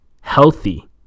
Healthy